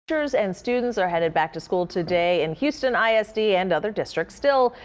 teachers and students are headed back to school today in houston i s d. and other districts. still,